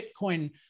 Bitcoin-